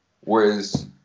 whereas